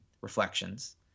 reflections